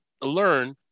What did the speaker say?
learn